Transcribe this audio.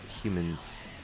humans